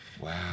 Wow